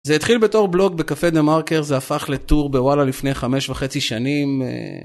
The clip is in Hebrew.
זה התחיל בתור בלוק בקפה דה מרקר זה הפך לטור בוואלה לפני חמש וחצי שנים.